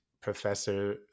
professor